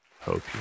Hope